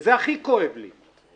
וזה הכי כואב לי.